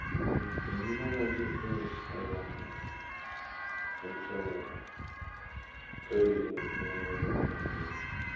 बेनिफ्राय बांसिन हिल्स जायगा हिल्साव ट्रेभेलिं खालामनायाव मोजां मोनो